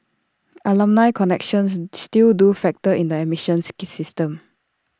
alumni connections still do factor in the admission system